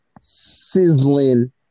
sizzling